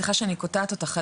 סליחה שאני קוטעת אותך,